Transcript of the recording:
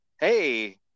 hey